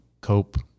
cope